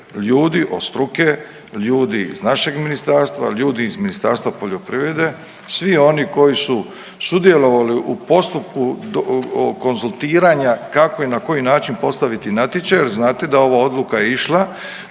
ljudi od struke, ljudi iz našeg ministarstva, ljudi iz Ministarstva poljoprivrede, svi oni koji su sudjelovali u postupku konzultiranja kako i na koji način postaviti natječaj jer znate da je ova odluka išla